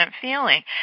feeling